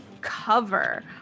cover